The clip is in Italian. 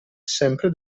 sempre